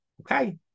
Okay